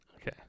Okay